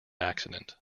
accident